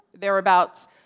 thereabouts